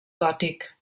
gòtic